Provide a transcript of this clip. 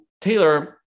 Taylor